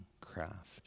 craft